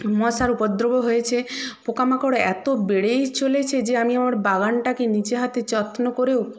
মশার উপদ্রবও হয়েছে পোকামাকড় এত বেড়েই চলেছে যে আমি আমার বাগানটাকে নিজে হাতে যত্ন করেও